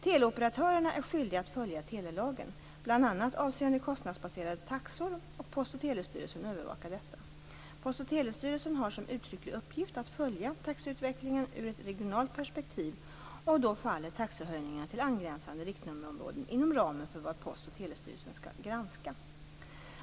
Teleoperatörerna är skyldiga att följa telelagen bl.a. avseende kostnadsbaserade taxor, och Post och telestyrelsen övervakar detta. Post och telestyrelsen har som uttrycklig uppgift att följa taxeutvecklingen ur ett regionalt perspektiv. Då faller taxehöjningarna till angränsande riktnummerområden inom ramen för vad Post och telestyrelsen skall granska.